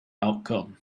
outcome